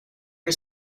her